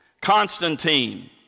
Constantine